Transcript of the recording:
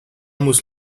muss